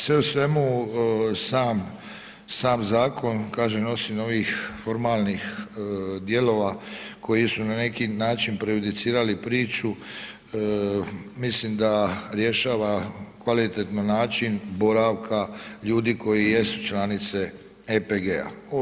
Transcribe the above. Sve u svemu sam, sam zakon kažem osim ovih formalnih dijelova koji su na neki način prejudicirali priču mislim da rješava kvalitetno način boravka ljudi koji jesu članice EPG-a.